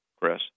Chris